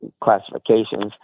classifications